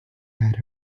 had